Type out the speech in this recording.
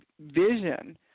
vision